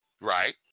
Right